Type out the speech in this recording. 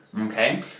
okay